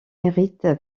hérite